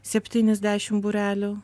septynis dešim būrelių